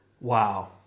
Wow